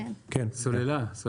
סוללה.